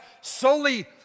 solely